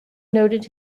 noted